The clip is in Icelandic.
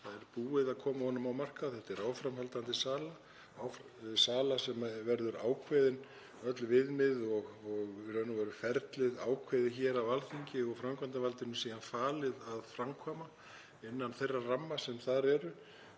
Það er búið að koma honum á markað. Þetta er áframhaldandi sala, sala sem verður ákveðin, öll viðmið og í raun og veru ferlið, hér á Alþingi og framkvæmdarvaldinu síðan falið að framkvæma innan þeirra ramma sem þar eru.